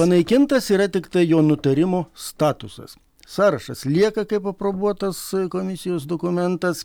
panaikintas tiktai jo nutarimo statusas sąrašas lieka kaip aprobuotas komisijos dokumentas